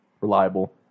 Reliable